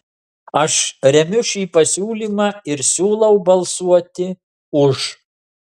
aš remiu šį pasiūlymą ir siūlau balsuoti už